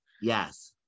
Yes